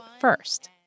first